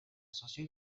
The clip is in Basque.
sozio